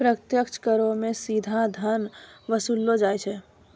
प्रत्यक्ष करो मे सीधा धन वसूललो जाय छै